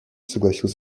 согласился